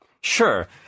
sure